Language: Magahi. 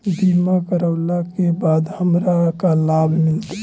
बीमा करवला के बाद हमरा का लाभ मिलतै?